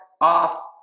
off